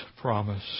promise